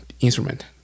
instrument